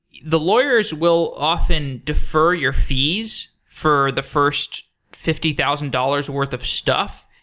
the lawyers will often defer your fees for the first fifty thousand dollars worth of stuff,